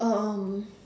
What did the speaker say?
um